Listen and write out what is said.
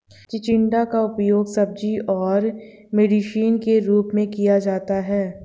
चिचिण्डा का उपयोग सब्जी और मेडिसिन के रूप में किया जाता है